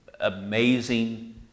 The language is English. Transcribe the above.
amazing